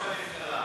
ראש הממשלה.